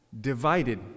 divided